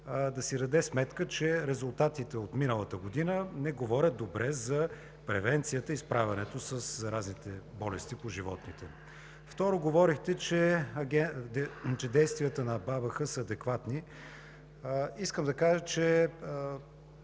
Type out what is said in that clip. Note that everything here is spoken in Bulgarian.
да си даде сметка, че резултатите от миналата година не говорят добре за превенцията и справянето със заразните болести по животните. Второ, говорехте, че действията на БАБХ са адекватни. Искам да кажа, че